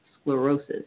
sclerosis